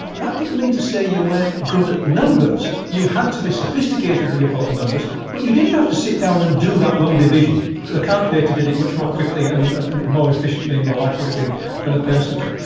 that didn't mean to say you weren't good at numbers. you had to be sophisticated about numbers but you didn't have to sit down and do that long division because the calculator did it much more quickly and and and more efficiently and more accurately than a person could.